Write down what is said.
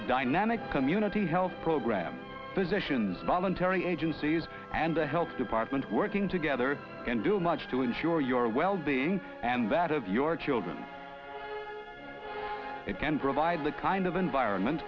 a dynamic community health program physicians bollen terry agencies and the health department working together can do much to ensure your wellbeing and that of your children it can provide the kind of environment